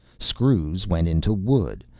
screws went into wood,